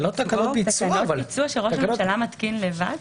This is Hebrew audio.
זה תקנות ביצוע שראש הממשלה מתקין לבד?